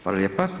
Hvala lijepa.